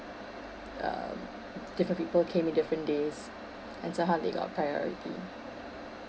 um different people came in different days and somehow they got priority